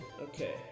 Okay